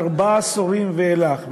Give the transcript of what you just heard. ארבעה עשורים ויותר.